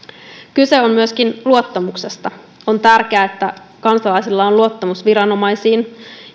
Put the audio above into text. kyse on myöskin luottamuksesta on tärkeää että kansalaisilla on luottamus viranomaisiin